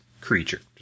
creature